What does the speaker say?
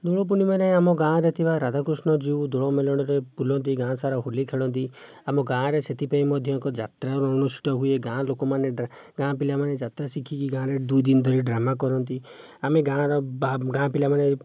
ଦୋଳପୂର୍ଣ୍ଣିମାରେ ଆମ ଗାଁରେ ଥିବା ରାଧାକୃଷ୍ଣ ଯେଉଁ ଦୋଳ ମେଲଣରେ ବୁଲନ୍ତି ଗାଁ ସାରା ହୋଲି ଖେଳନ୍ତି ଆମ ଗାଁରେ ସେଥିପାଇଁ ମଧ୍ୟ ଏକ ଯାତ୍ରା ଅନୁଷ୍ଠିତ ହୁଏ ଗାଁ ଲୋକମାନେ ଗାଁ ପିଲାମାନେ ଯାତ୍ରା ଶିଖିକି ଗାଁରେ ଦୁଇ ଦିନ ଧରି ଡ୍ରାମା କରନ୍ତି ଆମେ ଗାଁର ବା ଗାଁ ପିଲାମାନେ